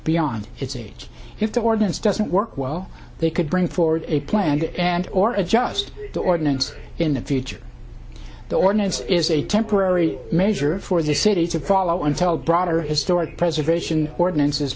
beyond its age if the ordinance doesn't work well they could bring forward a plan and or adjust the ordinance in the future the ordinance is a temporary measure for the city's apollo and tell broader historic preservation ordinances